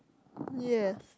yes